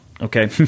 okay